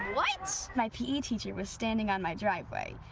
what? my p e. teacher was standing on my driveway.